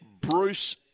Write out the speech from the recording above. Bruce